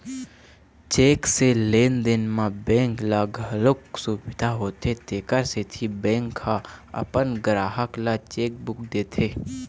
cheque से लेन देन म बेंक ल घलोक सुबिधा होथे तेखर सेती बेंक ह अपन गराहक ल चेकबूक देथे